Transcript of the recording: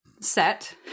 set